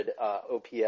OPS